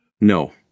no